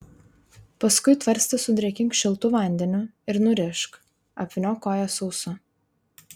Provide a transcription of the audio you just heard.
paskui tvarstį sudrėkink šiltu vandeniu ir nurišk apvyniok koją sausu